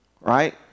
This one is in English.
right